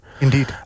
Indeed